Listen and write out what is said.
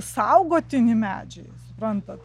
saugotini medžiai suprantat